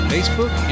Facebook